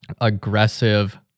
aggressive